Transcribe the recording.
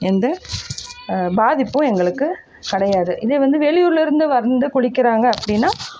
எந்த பாதிப்பும் எங்களுக்கு கிடையாது இதே வந்து வெளியூர்லேருந்து வந்து குளிக்கிறாங்க அப்படினா